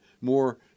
more